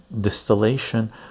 distillation